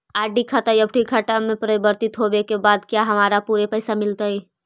RD खाता FD में परिवर्तित होवे के बाद क्या हमारा पूरे पैसे मिलतई